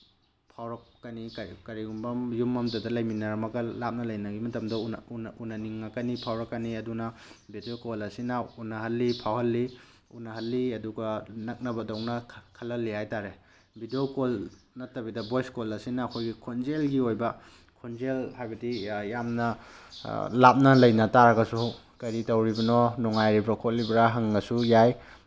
ꯐꯥꯎꯔꯛꯀꯅꯤ ꯀꯔꯤꯒꯨꯝꯕ ꯌꯨꯝ ꯑꯃꯇꯗ ꯂꯩꯃꯤꯟꯅꯔꯝꯃꯒ ꯂꯥꯞꯅ ꯂꯩꯅꯈꯤꯕ ꯃꯇꯝꯗ ꯎꯅꯅꯤꯡꯉꯛꯀꯅꯤ ꯐꯥꯎꯔꯛꯀꯅꯤ ꯑꯗꯨꯅ ꯚꯤꯗꯤꯑꯣ ꯀꯣꯜ ꯑꯁꯤꯅ ꯎꯅꯍꯜꯂꯤ ꯐꯥꯎꯍꯜꯂꯤ ꯎꯅꯍꯜꯂꯤ ꯑꯗꯨꯒ ꯅꯛꯅꯕꯗꯧꯅ ꯈꯜꯍꯜꯂꯤ ꯍꯥꯏ ꯇꯥꯔꯦ ꯚꯤꯗꯤꯑꯣ ꯀꯣꯜ ꯅꯠꯇꯕꯤꯗ ꯚꯣꯏꯁ ꯀꯣꯜ ꯑꯁꯤꯅ ꯑꯩꯈꯣꯏꯒꯤ ꯈꯣꯟꯖꯦꯜꯒꯤ ꯑꯣꯏꯕ ꯈꯣꯟꯖꯦꯜ ꯍꯥꯏꯕꯗꯤ ꯌꯥꯝꯅ ꯂꯥꯞꯅ ꯂꯩꯅ ꯇꯥꯔꯒꯁꯨ ꯀꯔꯤ ꯇꯧꯔꯤꯕꯅꯣ ꯅꯨꯡꯉꯥꯏꯔꯤꯕ꯭ꯔꯥ ꯈꯣꯠꯂꯤꯕ꯭ꯔꯥ ꯍꯪꯉꯁꯨ ꯌꯥꯏ